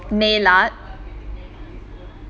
nail art